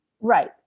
Right